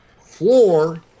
floor